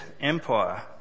Empire